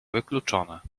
wykluczone